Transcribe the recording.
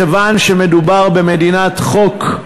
מכיוון שמדובר במדינת חוק,